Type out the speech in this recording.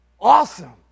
Awesome